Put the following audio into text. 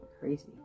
crazy